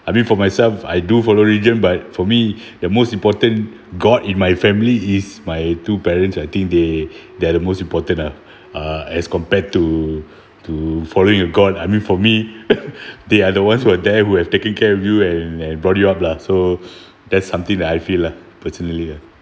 I mean for myself I do follow religion but for me the most important god in my family is my two parents I think they they are the most important ah uh as compared to to following a god I mean for me they are the ones who are there who have taken care of you and and brought you up lah so that's something that I feel lah personally